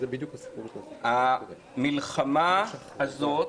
במלחמה הזאת,